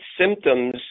symptoms